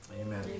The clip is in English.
Amen